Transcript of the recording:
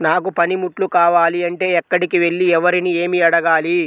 నాకు పనిముట్లు కావాలి అంటే ఎక్కడికి వెళ్లి ఎవరిని ఏమి అడగాలి?